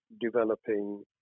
developing